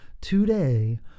today